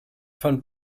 von